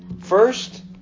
First